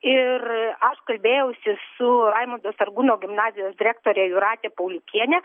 ir aš kalbėjausi su raimundo sargūno gimnazijos direktore jūrate pauliukiene